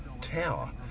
Tower